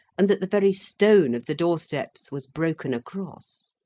and that the very stone of the door-steps was broken across.